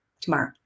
tomorrow